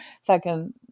second